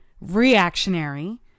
reactionary